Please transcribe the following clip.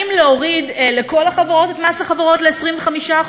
האם להוריד לכל החברות את מס החברות ל-25%,